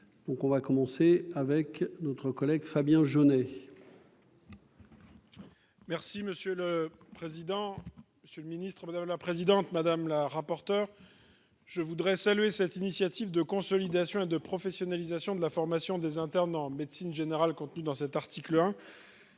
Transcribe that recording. on va commencer avec notre collègue Fabien Genêt. Merci monsieur le président, Monsieur le Ministre, madame la présidente, madame la rapporteure, je voudrais saluer cette initiative de consolidation et de professionnalisation de la formation des internes en médecine générale contenues dans cet article,